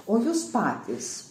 o jūs patys